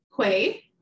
Quay